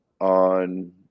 on